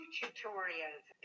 tutorials